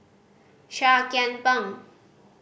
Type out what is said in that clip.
Seah Kian Peng